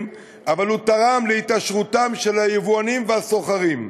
אבל הוא תרם להתעשרותם של היבואנים והסוחרים.